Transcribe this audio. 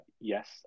yes